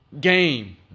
game